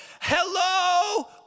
hello